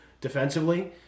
defensively